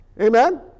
Amen